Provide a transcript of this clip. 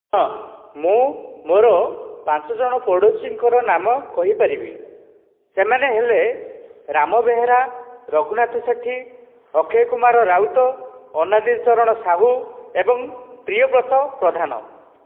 ହଁ ମୁଁ ମୋର ପାଞ୍ଚଜଣ ପଡ଼ୋଶୀଙ୍କର ନାମ କହିପାରିବି ସେମାନେ ହେଲେ ରାମ ବେହେରା ରଘୁନାଥ ସେଠୀ ଅକ୍ଷୟ କୁମାର ରାଉତ ଅନାଦି ଚରଣ ସାହୁ ଏବଂ ପ୍ରିୟବ୍ରତ ପ୍ରଧାନ